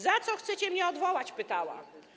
Za co chcecie mnie odwołać? - pytała.